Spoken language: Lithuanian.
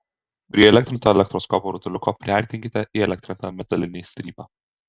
prie įelektrinto elektroskopo rutuliuko priartinkite įelektrintą metalinį strypą